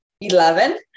Eleven